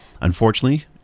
unfortunately